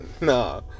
nah